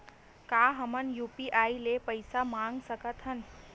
का हमन ह यू.पी.आई ले पईसा मंगा सकत हन?